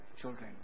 children